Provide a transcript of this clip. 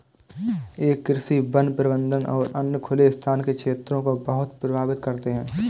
ये कृषि, वन प्रबंधन और अन्य खुले स्थान के क्षेत्रों को बहुत प्रभावित करते हैं